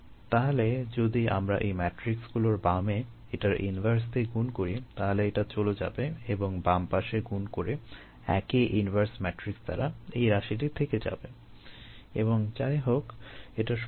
তাহলে যদি আমরা এই ম্যাট্রিক্সগুলোর বামে এটার ইনভার্স দিয়ে গুণ করি তাহলে এটা চলে যাবে এবং বাম পাশে গুণ করি একই ইনভার্স ম্যাট্রিক্স দ্বারা এই রাশিটি থেকে যাবে এবং যাই হোক এটা শূণ্য হবে